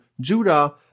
Judah